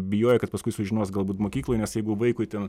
bijojo kad paskui sužinos galbūt mokykloj nes jeigu vaikui ten